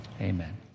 Amen